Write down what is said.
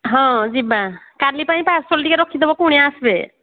ହଁ ଯିବା କାଲି ପାଇଁ ପାର୍ସଲ ଟିକେ ରଖିଦେବ କୁଣିଆ ଆସିବେ